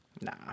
Nah